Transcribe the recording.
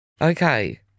Okay